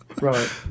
right